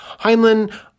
Heinlein